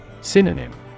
Synonym